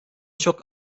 çok